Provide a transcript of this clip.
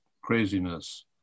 craziness